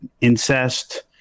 incest